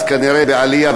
אז כנראה בעלייה,